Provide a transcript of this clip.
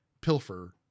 pilfer